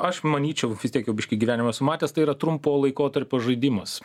aš manyčiau vis tiek jau biškį gyvenimo esu matęs tai yra trumpo laikotarpio žaidimas